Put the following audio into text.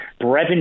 Brevin